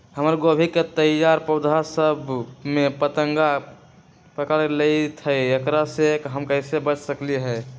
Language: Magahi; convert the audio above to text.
हमर गोभी के तैयार पौधा सब में फतंगा पकड़ लेई थई एकरा से हम कईसे बच सकली है?